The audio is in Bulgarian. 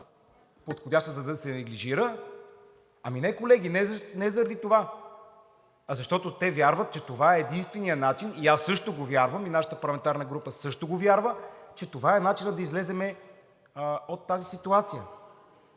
подходяща, за да се неглижира? Ами не, колеги, не заради това, а защото те вярват, че това е единственият начин и аз също го вярвам, и нашата парламентарна група също го вярва, че това е начинът да излезем от тази ситуация.